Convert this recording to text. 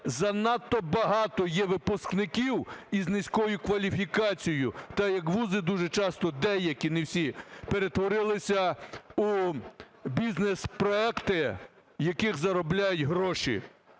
занадто багато є випускників із низькою кваліфікацією, так як вузи дуже часто – деякі, не всі – перетворились у бізнес-проекти, які заробляють гроші,